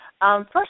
First